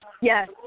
Yes